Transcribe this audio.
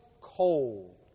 cold